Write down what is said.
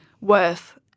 worth